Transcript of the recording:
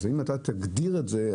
ואם אתה תגדיר את זה,